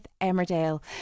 Emmerdale